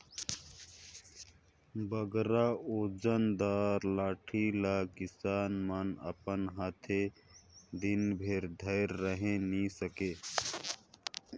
बगरा ओजन दार लाठी ल किसान मन अपन हाथे दिन भेर धइर रहें नी सके